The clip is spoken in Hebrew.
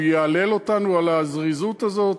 הוא יהלל אותנו על הזריזות הזאת,